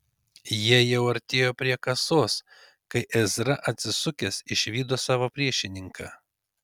jie jau artėjo prie kasos kai ezra atsisukęs išvydo savo priešininką